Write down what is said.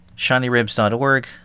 ShinyRibs.org